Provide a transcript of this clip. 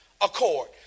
accord